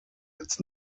its